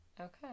okay